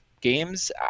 Games